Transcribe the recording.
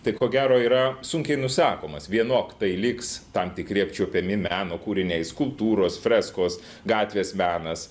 tai ko gero yra sunkiai nusakomas vienok tai liks tam tikri apčiuopiami meno kūriniai skulptūros freskos gatvės menas